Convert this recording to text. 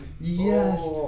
Yes